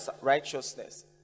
righteousness